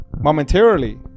momentarily